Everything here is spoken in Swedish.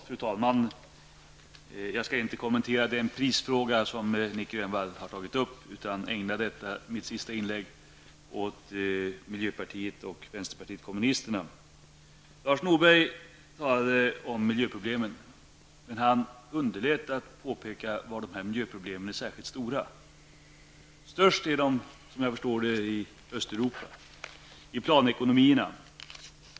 Fru talman! Jag skall inte kommentera den prisfråga som Nic Grönvall här tog upp. I stället skall jag i detta mitt sista inlägg ägna mig åt att rikta några ord till miljöpartiet och vänsterpartiet kommunisterna. Lars Norberg talade om miljöproblem men underlät att påpeka var dessa är särskilt stora. Störst är miljöproblemen, i Östeuropa -- dvs. i länder som länge lidit under planekonomi.